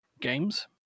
games